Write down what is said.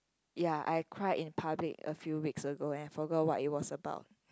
ya I cried in public a few weeks ago and I forgot what it was about